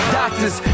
doctors